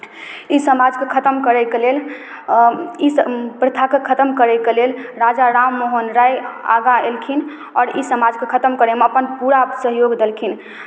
ई समाजकेँ खतम करैके लेल ई स प्रथाकेँ खतम करैके लेल राजा राम मोहन राय आगाँ एलखिन आओर ई समाजके खतम करैमे अपन पूरा सहयोग देलखिन